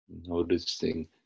noticing